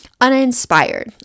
uninspired